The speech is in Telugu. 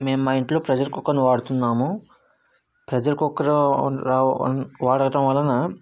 మేము మా ఇంట్లో ప్రెషర్ కుక్కర్ను వాడుతున్నాము ప్రెషర్ కుక్కర్ వాడటం వలన